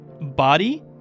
body